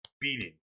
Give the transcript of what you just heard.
beating